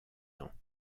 ans